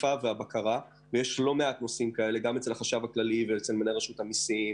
האכיפה והבקרה אצל החשכ"ל, הממונה על רשות המסים,